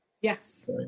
Yes